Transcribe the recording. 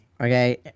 Okay